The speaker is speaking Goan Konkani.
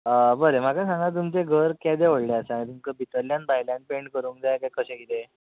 आं बरें म्हाका सांगात तुमचें घर केदें व्हडलें आसा तुमकां भितरल्यान भायल्यान पेंट करूंक जाय काय कशें कितें